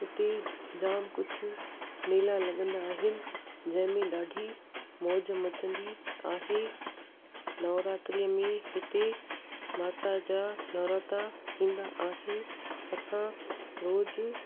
हिते जाम कुझु मेला लॻंदा आहिनि जंहिं में ॾाढी मौज मचंदी आहे नवरात्रीअ में हिते माता जा नवरात्रा थींदा आहिनि असां रोज़ु